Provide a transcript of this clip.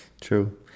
True